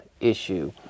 issue